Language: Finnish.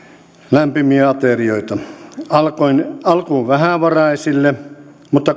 lämpimiä aterioita alkuun vähävaraisille mutta